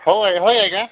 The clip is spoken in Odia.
ହଉ ଆଜ୍ଞା ହଏ ଆଜ୍ଞା